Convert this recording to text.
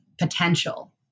potential